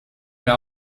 mehr